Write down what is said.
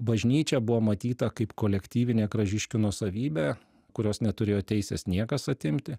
bažnyčia buvo matyta kaip kolektyvinė kražiškių nuosavybė kurios neturėjo teisės niekas atimti